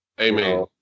Amen